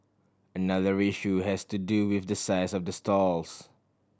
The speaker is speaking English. another issue has to do with the size of the stalls